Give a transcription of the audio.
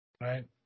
right